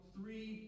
Three